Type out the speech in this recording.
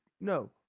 No